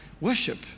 worship